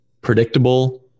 predictable